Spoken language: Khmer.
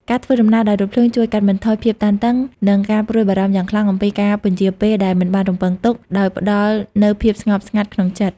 ការធ្វើដំណើរដោយរថភ្លើងជួយកាត់បន្ថយភាពតានតឹង និងការព្រួយបារម្ភយ៉ាងខ្លាំងអំពីការពន្យារពេលដែលមិនបានរំពឹងទុក ដោយផ្តល់នូវភាពស្ងប់ចិត្តក្នុងចិត្ត។